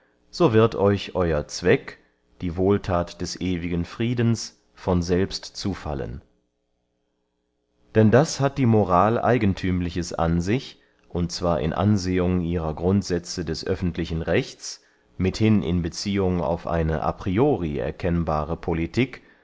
so wird euch euer zweck die wohlthat des ewigen friedens von selbst zufallen denn das hat die moral eigenthümliches an sich und zwar in ansehung ihrer grundsätze des öffentlichen rechts mithin in beziehung auf eine a priori erkennbare politik